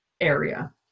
area